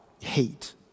hate